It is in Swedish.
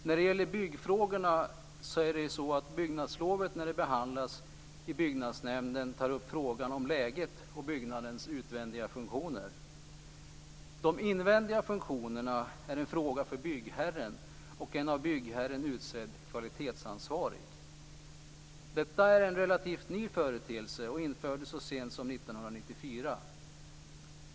När det gäller byggfrågorna vill jag säga att man i samband med att byggnadslov behandlas i byggnadsnämnden tar upp sådant som gäller byggnadens läge och utvändiga funktioner. De invändiga funktionerna är en fråga för byggherren och en av byggherren utsedd kvalitetsansvarig. Detta är en relativt ny företeelse, som infördes så sent som 1994.